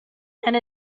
and